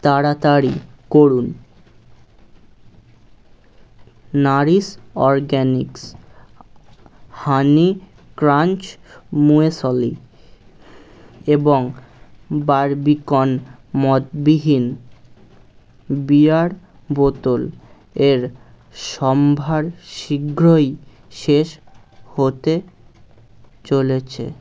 তাড়াতাড়ি করুন nourish organics honey crunch muesli এবং বারবিকন মদবিহীন বিয়ার বোতল এর সম্ভার শীঘ্রই শেষ হতে চলেছে